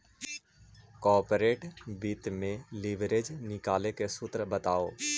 corporate वित्त में leverage निकाले के सूत्र बताओ